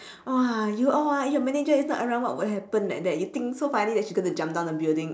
!wah! you all ah eh your manager is not around what would happen like that you think so funny that she's going to jump down the building